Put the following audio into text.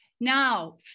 Now